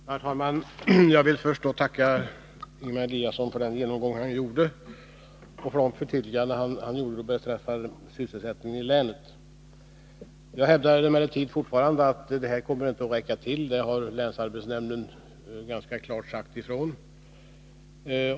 Herr talman! Jag vill först tacka Ingemar Eliasson för den genomgång han gjorde och för hans förtydliganden beträffande sysselsättningen i länet. Jag hävdar emellertid fortfarande att detta inte kommer att räcka till; det har länsarbetsnämnden ganska klart sagt ifrån.